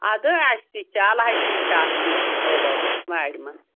اَدٕ اَسہِ تہِ چھِ اَلہٕ ہَچہِ چھِ آسان اَسہِ اوٚوَو وارِ منٛز